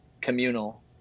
communal